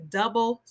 double